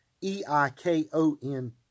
E-I-K-O-N